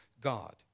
God